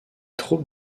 troupes